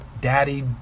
daddy